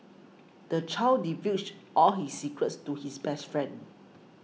the child divulged all his secrets to his best friend